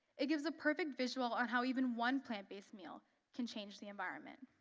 it gives a perfect visual on how even one plant-based meal can change the environment.